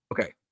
Okay